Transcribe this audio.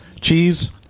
Cheese